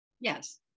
yes